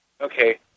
Okay